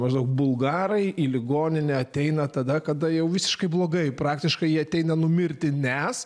maždaug bulgarai į ligoninę ateina tada kada jau visiškai blogai praktiškai jie ateina numirti nes